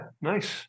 Nice